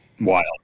wild